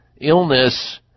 illness